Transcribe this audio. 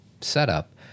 setup